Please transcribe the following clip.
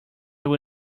will